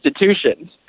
institutions